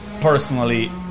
personally